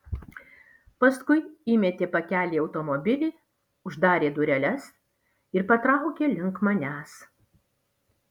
paskui įmetė pakelį į automobilį uždarė dureles ir patraukė link manęs